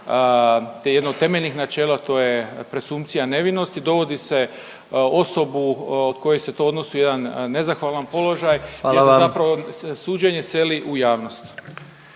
jedno od temeljnih načela to je presumpcija nevinosti. Dovodi se osobu od koje se to odnosi u jedan nezahvalan položaj … …/Upadica predsjednik: Hvala